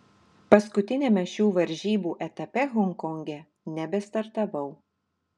paskutiniame šių varžybų etape honkonge nebestartavau